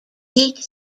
eight